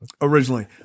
Originally